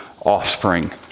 offspring